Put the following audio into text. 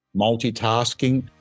multitasking